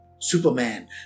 Superman